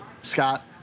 Scott